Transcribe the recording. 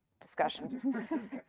discussion